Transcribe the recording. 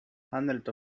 hundreds